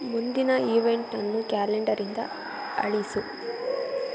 ಮುಂದಿನ ಈವೆಂಟನ್ನು ಕ್ಯಾಲೆಂಡರಿಂದ ಅಳಿಸು